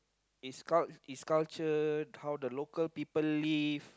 its cul~ its culture how the local people live